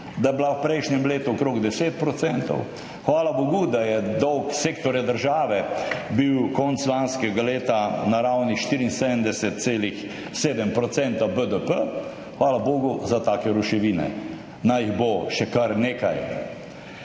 da je bila v prejšnjem letu okrog 10-odstotna. Hvala bogu, da je bil dolg sektorja države konec lanskega leta na ravni 74,7 % BDP. Hvala bogu za take ruševine. Naj jih bo še kar nekaj.